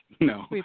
No